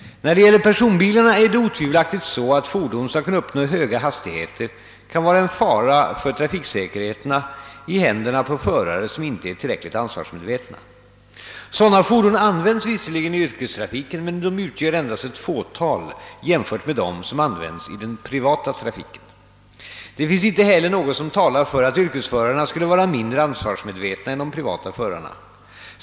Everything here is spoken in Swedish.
När det gäller personbilarna är det otvivelaktigt så att fordon som kan uppnå höga hastigheter kan vara en fara för trafiksäkerheten i händerna på förare som inte är tillräckligt ansvarsmedvetna. Sådana fordon används visserligen i yrkestrafiken men de utgör endast ett fåtal jämfört med dem som används i den privata trafiken. Det finns inte heller något som talar för att yrkesförarna skulle vara mindre ansvarsmedvetna än de privata förarna.